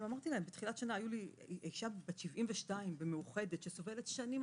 בתחילת שנה הייתה לי אישה בת 72 במאוחדת שסובלת שנים,